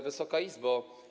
Wysoka Izbo!